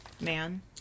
man